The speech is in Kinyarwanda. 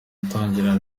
igitangira